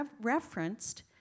referenced